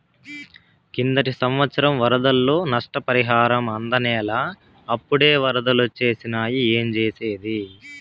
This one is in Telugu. కిందటి సంవత్సరం వరదల్లో నష్టపరిహారం అందనేలా, అప్పుడే ఒరదలొచ్చేసినాయి ఏంజేసేది